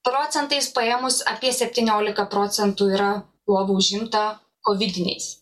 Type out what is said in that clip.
procentais paėmus apie septyniolika procentų yra lovų užimta kovidiniais